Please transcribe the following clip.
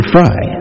Fry